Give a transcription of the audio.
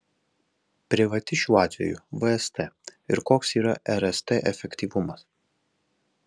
privati šiuo atveju vst ir koks yra rst efektyvumas